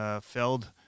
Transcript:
Feld